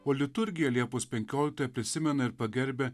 o liturgija liepos penkioliktąją prisimena ir pagerbia